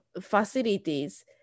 facilities